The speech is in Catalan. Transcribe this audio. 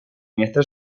mestre